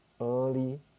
early